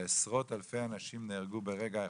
שעשרות אלפי אנשים נהרגו ברגע אחד,